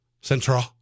Central